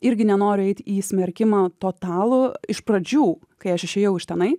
irgi nenoriu eit į smerkimą totalų iš pradžių kai aš išėjau iš tenai